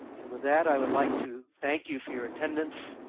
and with that, i would like to thank you for your attendance.